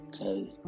Okay